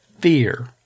Fear